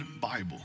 Bible